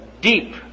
deep